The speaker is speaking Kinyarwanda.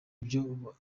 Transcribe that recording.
ibyo